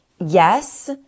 yes